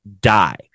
die